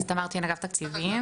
תמר צ'ין, אגף התקציבים.